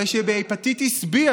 הרי שבהפטיטיס B,